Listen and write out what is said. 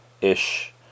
ish